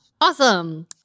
Awesome